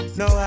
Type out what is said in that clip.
no